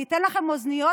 ניתן לכם אוזניות,